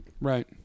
Right